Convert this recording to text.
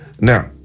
Now